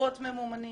הקירות ממומנים.